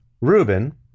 Reuben